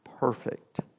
perfect